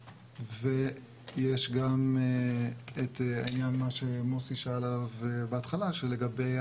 ויש גם את העניין, מה שמוסי שאל עליו בהתחלה, לגבי